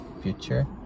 future